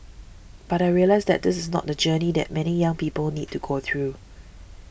but I realised that this is not the journey that many young people need to go through